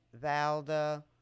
Valda